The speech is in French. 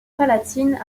palatine